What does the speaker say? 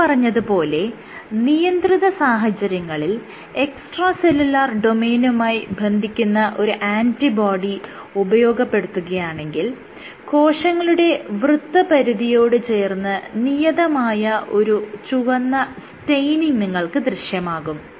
മേല്പറഞ്ഞത് പോലെ നിയന്ത്രിത സാഹചര്യങ്ങളിൽ എക്സ്ട്രാ സെല്ലുലാർ ഡൊമെയ്നുമായി ബന്ധിക്കുന്ന ഒരു ആന്റിബോഡി ഉപയോഗപ്പെടുത്തുകയാണെങ്കിൽ കോശങ്ങളുടെ വൃത്തപരിധിയോട് ചേർന്ന് നിയതമായ ഒരു ചുവന്ന സ്റ്റെയ്നിങ് നിങ്ങൾക്ക് ദൃശ്യമാകും